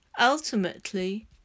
Ultimately